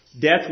death